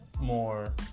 more